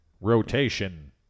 Rotation